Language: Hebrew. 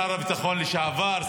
שר הביטחון לשעבר,